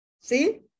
See